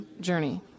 journey